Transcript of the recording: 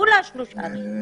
כולה שלושה אנשים.